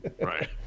Right